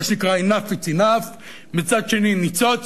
מה שנקרא "enough is enough", מצד שני ניצוץ,